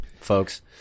folks